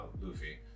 Luffy